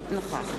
אינו משתתף בהצבעה